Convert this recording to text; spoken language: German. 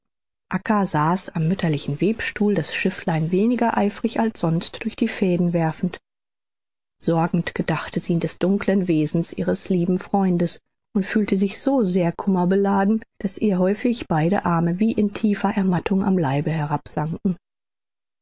saß am mütterlichen webstuhl das schifflein weniger eifrig als sonst durch die fäden werfend sorgend gedachte sie des dunklen wesens ihres lieben freundes und fühlte sich so kummerbelastet daß ihr häufig beide arme wie in tiefer ermattung am leibe